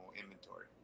inventory